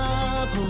up